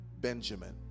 benjamin